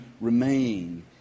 remain